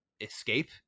escape